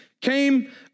came